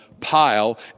pile